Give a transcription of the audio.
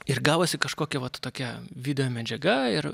ir gavosi kažkokia vat tokia videomedžiaga ir